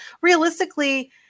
realistically